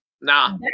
Nah